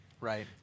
right